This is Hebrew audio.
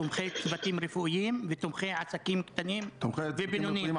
תומכי צוותים רפואיים ותומכי עסקים קטנים ובינוניים.